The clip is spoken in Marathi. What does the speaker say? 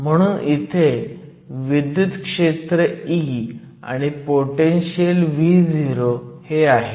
म्हणून इथे विद्युत क्षेत्र E आणि पोटेनशीयल Vo आहे